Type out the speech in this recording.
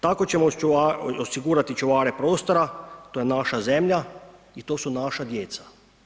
Tako ćemo osigurati čuvare prostora, to je naša zemlja i to su naša djeca.